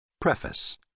Preface